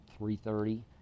3.30